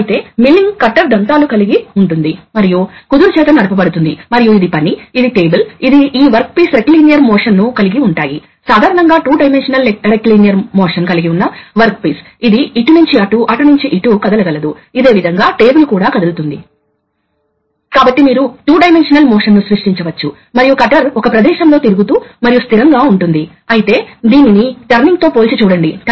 కాబట్టి ఇది నొక్కినప్పుడు ఇది తెరుచుకుంటుంది మరియు ఇది మూసివేయబడుతుంది కాబట్టి ఈ పాయింట్లు మూసివేయబడతాయి మరియు సప్లై ఎగ్జాస్ట్ కు అనుసంధానించబడుతుంది కాబట్టి ఇది దీర్ఘచతురస్రం ఇవి ప్రామాణికమైనవి హైడ్రాలిక్స్ కోడ్స్ లో మీరు కూడా వాటిని చూశారు కాబట్టి మేము దీనిపై కొంచెం వేగంగా వెళ్తాము